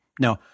Now